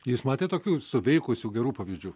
jūs matėt tokių suveikusių gerų pavyzdžių